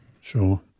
Sure